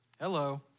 hello